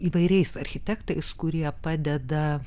įvairiais architektais kurie padeda